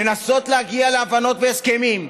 לנסות להגיע להבנות והסכמים.